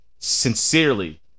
sincerely